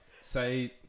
say